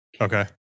Okay